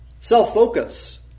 Self-focus